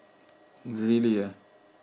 really ah